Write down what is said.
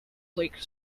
bleak